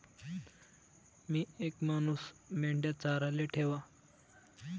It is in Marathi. मी येक मानूस मेंढया चाराले ठेवा